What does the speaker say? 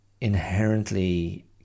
inherently